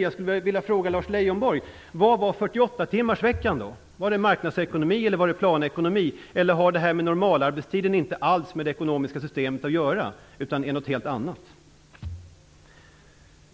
Jag skulle vilja fråga Lars Leijonborg vad 48-timmarsveckan då var. Var det marknadsekonomi eller var det planekonomi, eller har normalarbetstiden inte alls med det ekonomiska systemet att göra, utan är något helt annat?